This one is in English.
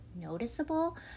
noticeable